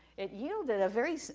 it yielded a very, so